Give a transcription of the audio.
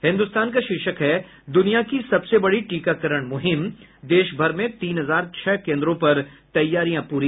हिन्दुस्तान का शीर्षक है दुनिया की सबसे बड़ी टीकाकरण मुहिम देशभर में तीन हजार छह केन्द्रों पर तैयारियां पूरी